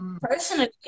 Personally